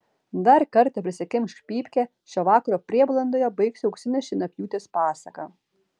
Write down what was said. dar kartą prisikimšk pypkę šio vakaro prieblandoje baigsiu auksinės šienapjūtės pasaką